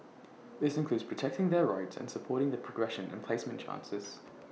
this includes protecting their rights and supporting their progression and placement chances